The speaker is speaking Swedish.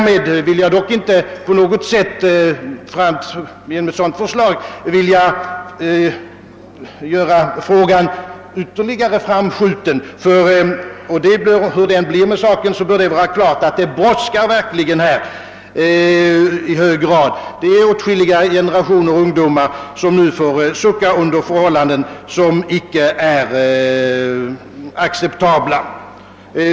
Jag vill dock inte genom ett sådant förslag skjuta frågan på framtiden; en lösning av problemet brådskar verkligen. Åtskilliga generationer ungdomar får nu sucka under förhållanden som inte är acceptabla.